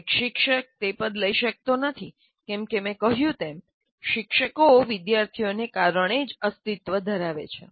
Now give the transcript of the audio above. એક શિક્ષક તે પદ લઈ શકતો નથી કેમકે મેં કહ્યું તેમ શિક્ષકો વિદ્યાર્થીઓને કારણે જ અસ્તિત્વ ધરાવે છે